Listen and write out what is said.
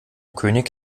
könig